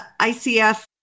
ICF